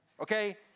Okay